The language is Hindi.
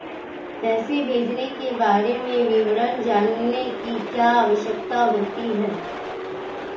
पैसे भेजने के बारे में विवरण जानने की क्या आवश्यकता होती है?